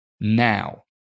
now